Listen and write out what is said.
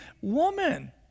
woman